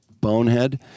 Bonehead